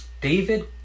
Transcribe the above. David